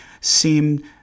seem